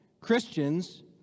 Christians